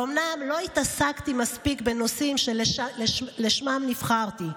אומנם לא התעסקתי מספיק בנושאים שלשמם נבחרתי,